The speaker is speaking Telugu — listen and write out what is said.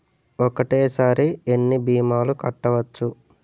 ఒక్కటేసరి ఎన్ని భీమాలు కట్టవచ్చు?